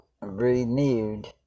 renewed